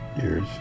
years